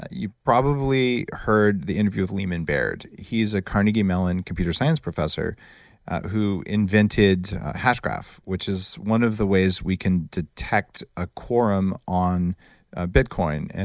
ah you probably heard the interview with leemon baird. he's a carnegie mellon computer science professor who invented a hash graph, which is one of the ways we can detect a quorum on ah bitcoin, and